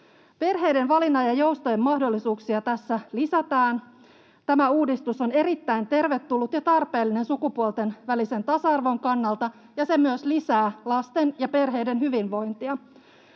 Perheiden valinnan ja joustojen mahdollisuuksia tässä lisätään. Tämä uudistus on erittäin tervetullut ja tarpeellinen sukupuolten välisen tasa-arvon kannalta, ja se myös lisää lasten ja perheiden hyvinvointia.